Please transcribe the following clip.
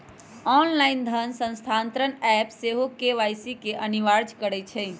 online धन स्थानान्तरण app सेहो के.वाई.सी के अनिवार्ज करइ छै